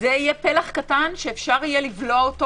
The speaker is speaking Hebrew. זה יהיה פלח קטן שאפשר יהיה לבלוע אותו,